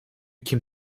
kim